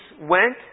went